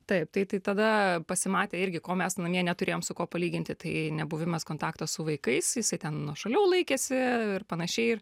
taip tai tada pasimatė irgi ko mes namie neturėjom su kuo palyginti tai nebuvimas kontakto su vaikais jisai ten nuošaliau laikėsi ir panašiai ir